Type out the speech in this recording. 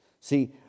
See